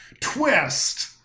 twist